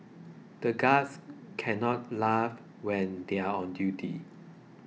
the guards can't laugh when they are on duty